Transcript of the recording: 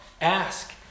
Ask